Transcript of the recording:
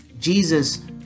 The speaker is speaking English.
jesus